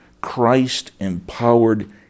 Christ-empowered